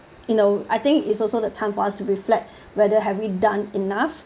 you know I think it's also that time for us to reflect whether have you done enough